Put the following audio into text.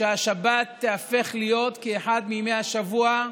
שהשבת תיהפך להיות כאחד מימי השבוע,